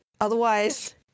Otherwise